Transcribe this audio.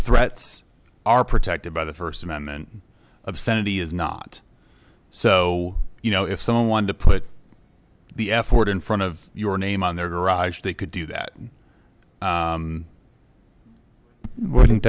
threats are protected by the first amendment obscenity is not so you know if someone to put the f word in front of your name on their garage they could do that wouldn't